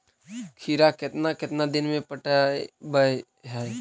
खिरा केतना केतना दिन में पटैबए है?